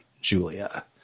Julia